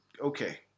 okay